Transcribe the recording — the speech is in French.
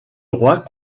droit